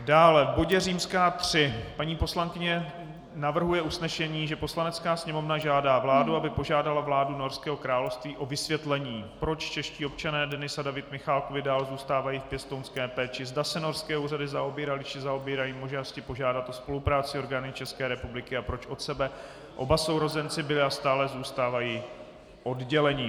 Dále v bodě III paní poslankyně navrhuje usnesení, že Poslanecká sněmovna žádá vládu, aby požádala vládu Norského království o vysvětlení, proč čeští občané Denis a David Michalákovi dál zůstávají v pěstounské péči, zda se norské úřady zaobíraly či zaobírají možností požádat o spolupráci orgány České republiky a proč od sebe oba sourozenci byli a stále zůstávají oddělení.